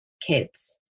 kids